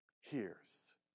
hears